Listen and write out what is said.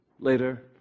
Later